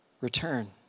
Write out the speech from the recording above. return